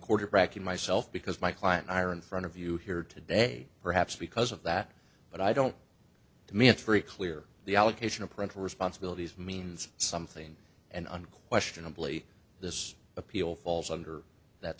quarterbacking myself because my client iron front of you here today perhaps because of that but i don't to me it's very clear the allocation of parental responsibilities means something and unquestionably this appeal falls under that